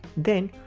then,